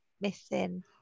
missing